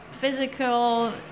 physical